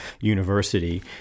university